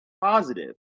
positive